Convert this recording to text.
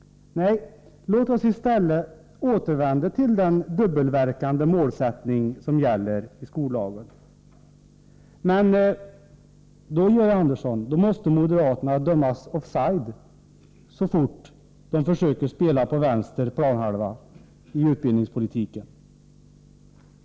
Nej, låt oss i stället återvända till den dubbelverkande målsättning som gäller i skollagen. Men då måste, Georg Andersson, moderaterna dömas offside så fort de försöker spela på vänster planhalva i utbildningspolitiken.